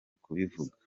kubivuga